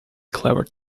clever